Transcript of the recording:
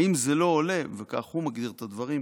האם זה לא עולה, וכך הוא מגדיר את הדברים,